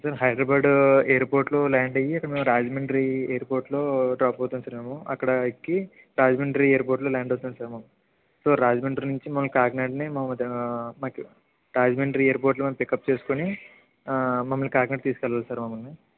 sir Hyderabad ఎయిర్పోర్ట్లో land అయ్యి ఇక్కడ మేము రాజమండ్రి ఎయిర్పోర్ట్లో డ్రాప్ అవుతాము సార్ మేము అక్కడ ఎక్కి రాజమండ్రి ఎయిర్పోర్ట్లో ల్యాండ్ అవుతాము సార్ మేము సో రాజమండ్రి నుంచి మనం కాకినాడనే మాకు రాజమండ్రి ఎయిర్పోర్ట్లో మేము పికప్ చేసుకుని మమ్మల్ని కాకినాడ తీసుకెళ్ళాలి సార్ మమ్మల్ని